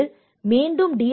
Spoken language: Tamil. இது மீண்டும் டி